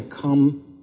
come